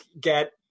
get